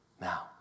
now